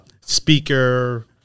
speaker